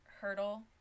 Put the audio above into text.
hurdle